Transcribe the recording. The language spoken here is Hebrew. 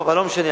אבל לא משנה.